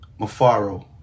Mafaro